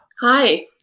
hi